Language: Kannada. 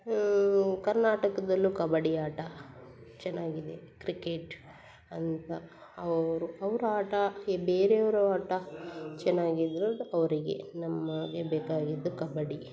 ಕರ್ನಾಟಕದಲ್ಲೂ ಕಬಡ್ಡಿ ಆಟ ಚೆನ್ನಾಗಿದೆ ಕ್ರಿಕೆಟ್ ಅಂತ ಅವರು ಅವರ ಆಟ ಈ ಬೇರೆಯವರು ಆಟ ಚೆನ್ನಾಗಿದ್ರೂ ಅವರಿಗೆ ನಮಗೆ ಬೇಕಾಗಿದ್ದು ಕಬಡ್ಡಿ